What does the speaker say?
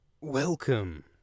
Welcome